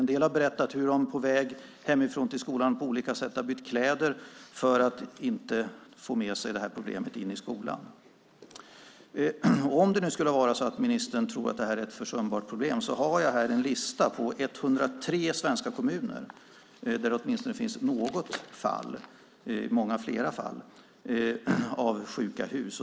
En del har berättat hur de på väg hemifrån till skolan på olika sätt har bytt kläder för att inte få med sig problemet in i skolan. Om det nu skulle vara så att ministern tror att det här är ett försumbart problem har jag här en lista på 103 svenska kommuner där det åtminstone finns något fall - ofta flera fall - av sjuka hus.